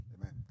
Amen